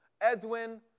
Edwin